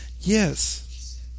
Yes